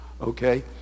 okay